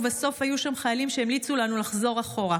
ובסוף היו שם חיילים שהמליצו לנו לחזור אחורה.